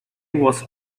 was